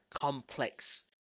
complex